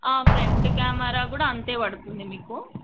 front camera కూడా అంతే పడుతుంది మీకు